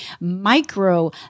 micro